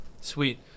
Sweet